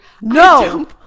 No